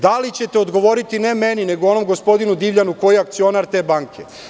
Da li ćete odgovoriti, ne meni, nego onom gospodinu Divljanu, koji je akcionar te banke?